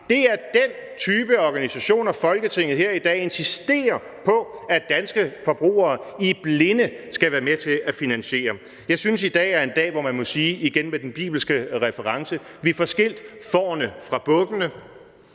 det er den type organisationer, som Folketinget her i dag insisterer på at danske forbrugere i blinde skal være med til at finansiere. Jeg synes, at i dag er en dag, hvor man må sige – igen med den bibelske reference – at vi får skilt fårene fra bukkene,